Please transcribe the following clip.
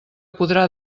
podrà